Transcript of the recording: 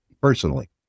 Personally